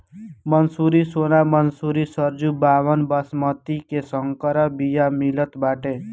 मंसूरी, सोना मंसूरी, सरजूबावन, बॉसमति के संकर बिया मितल बाटे